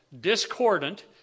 discordant